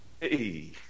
Hey